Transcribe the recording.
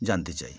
জানতে চাই